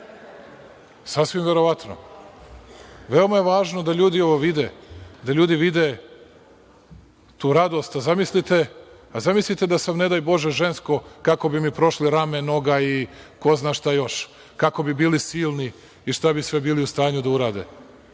Sasvim verovatno. Veoma je važno da ljudi ovo vide, da ljudi vide tu radost, zamislite da sam ne daj Bože žensko, kako bi mi prošlo rame, noga i ko zna šta još. Kako bi bili silni i šta bi sve bili u stanju da urade,